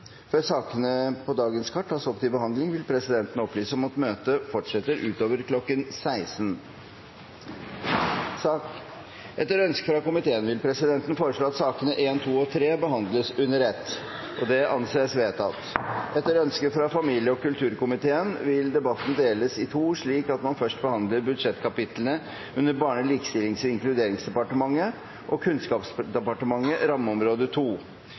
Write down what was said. Før sakene på dagens kart tas opp til behandling, vil presidenten opplyse om at møtet fortsetter utover kl. 16. Etter ønske fra familie- og kulturkomiteen vil presidenten foreslå at sakene nr. 1, 2 og 3 behandles under ett. – Det anses vedtatt. Etter ønske fra familie- og kulturkomiteen vil presidenten foreslå at debatten deles i to, slik at man først behandler budsjettkapitlene under Barne-, likestillings- og inkluderingsdepartementet og Kunnskapsdepartementet, rammeområde